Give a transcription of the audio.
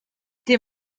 des